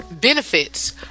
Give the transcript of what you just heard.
benefits